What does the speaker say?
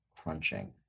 crunching